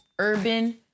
Urban